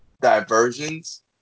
diversions